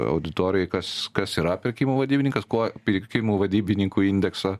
auditorijai kas kas yra pirkimų vadybininkas kuo pirkimų vadybininkų indekso